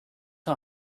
for